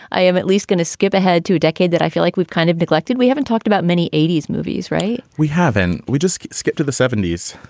i am at least going to skip ahead to decade that i feel like we've kind of neglected. we haven't talked about many eighty s movies, right? we haven't. we just skip to the seventy s.